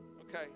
Okay